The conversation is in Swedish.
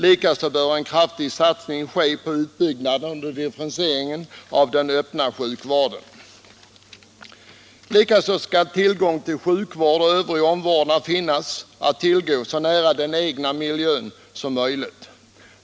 Likaså bör en kraftig satsning göras på utbyggnad och differentiering av den öppna sjukvården. Vidare bör sjukvård och övrig omvårdnad finnas att tillgå så nära den egna miljön som möjligt.